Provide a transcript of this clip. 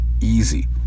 Easy